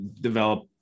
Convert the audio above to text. develop